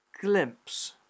glimpse